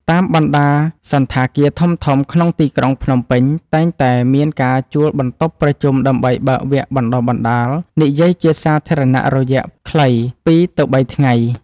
តាមបណ្ដាសណ្ឋាគារធំៗក្នុងទីក្រុងភ្នំពេញ តែងតែមានការជួលបន្ទប់ប្រជុំដើម្បីបើកវគ្គបណ្ដុះបណ្ដាលនិយាយជាសាធារណៈរយៈពេលខ្លី ២ ទៅ ៣ ថ្ងៃ។